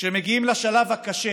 כשמגיעים לשלב הקשה